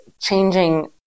changing